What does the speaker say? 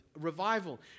revival